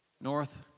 North